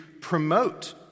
promote